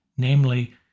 namely